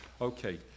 Okay